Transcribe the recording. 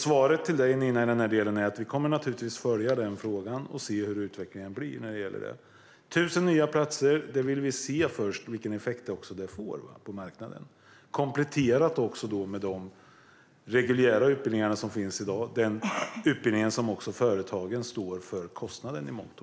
Svaret till dig i den här delen, Nina, är alltså att vi kommer att följa frågan och se hur utvecklingen blir. Först vill vi se vilken effekt 1 000 nya platser får på marknaden, kompletterat med de reguljära utbildningar som finns i dag och den utbildning som företagen i mångt och mycket står för kostnaden för.